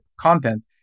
content